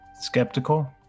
Skeptical